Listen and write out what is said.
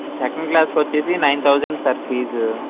second క్లాస్కొచ్చేసి nine thousand sir fee